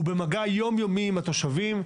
הוא במגע יומיומי עם התושבים.